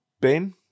Ben